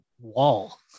wall